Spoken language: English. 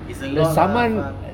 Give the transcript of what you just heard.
it's a lot lah fuck